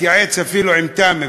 מתייעץ אפילו עם תמי,